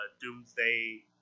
Doomsday